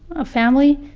a family.